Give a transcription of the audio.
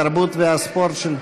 התרבות והספורט נתקבלה.